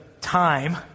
time